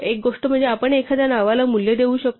एक गोष्ट म्हणजे आपण एखाद्या नावाला मूल्य देऊ शकतो